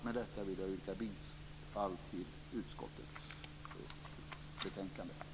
Med detta vill jag yrka bifall till hemställan i utskottets betänkande.